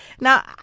Now